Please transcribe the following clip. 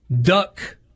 duck